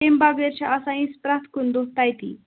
تَمہِ بغٲر چھِ آسان أسۍ پرٛتھ کُنہِ دۄہ تٔتی